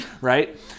right